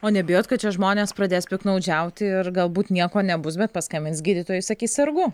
o nebijot kad čia žmonės pradės piktnaudžiauti ir galbūt nieko nebus bet paskambins gydytojui sakys sergu